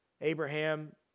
Abraham